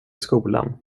skolan